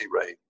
rate